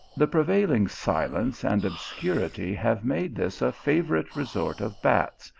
the prevailing silence and obscurity have made this a favourite resort of bats,